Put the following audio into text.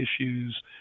issues